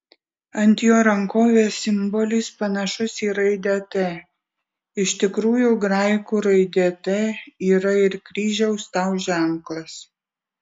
ant jo rankovės simbolis panašus į raidę t iš tikrųjų graikų raidė t yra ir kryžiaus tau ženklas